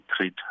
treat